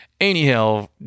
anyhow